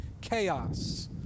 chaos